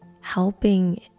helping